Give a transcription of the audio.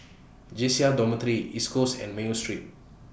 J C R Dormitory East Coast and Mayo Street